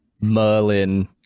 merlin